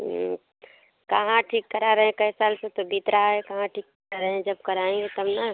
हूं कहाँ ठीक करा रहे हैं कई साल से तो बीत रहा है कहाँ ठीक कराऍं हैं जब कराऍं हों तब ना